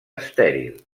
estèril